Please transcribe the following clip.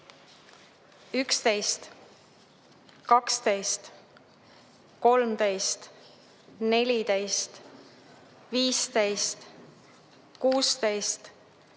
11, 12, 13, 14, 15, 16, 17,